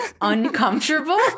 uncomfortable